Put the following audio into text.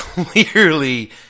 Clearly